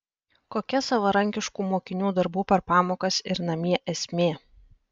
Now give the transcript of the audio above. kokia savarankiškų mokinių darbų per pamokas ir namie esmė